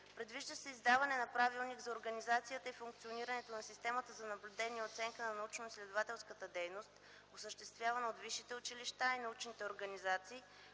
Предвижда се издаване на Правилник за организацията и функционирането на система за наблюдение и оценка на научноизследователската дейност, осъществявана от висшите училища и научните организации,